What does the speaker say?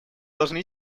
должны